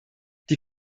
die